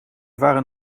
waren